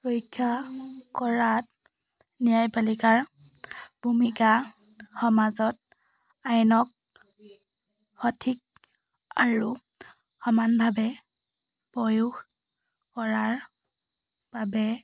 ৰক্ষা কৰাত ন্যায় পালিকাৰ ভূমিকা সমাজত আইনক সঠিক আৰু সমানভাৱে প্ৰয়োগ কৰাৰ বাবে